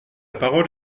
parole